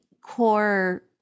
core